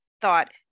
thought